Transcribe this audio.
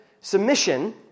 submission